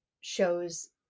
shows